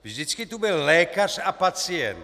Vždycky tu byl lékař a pacient.